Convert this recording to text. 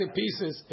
pieces